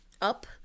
up